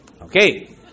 Okay